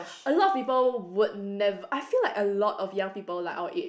a lot of people would nev~ I feel like a lot of young people like our age